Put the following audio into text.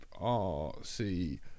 rc